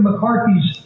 McCarthy's